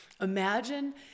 Imagine